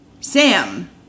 Sam